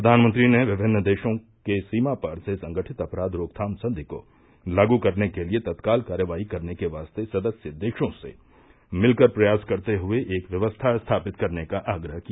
प्रघानमंत्री ने विमिन्न देशों के सीमापार से संगठित अपराध रोकथाम संधि को लागू करने के लिए तत्काल कार्रवाई करने के वास्ते सदस्य देशों से मिलकर प्रयास करते हुए एक व्यवस्था स्थापित करने का आग्रह किया